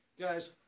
Guys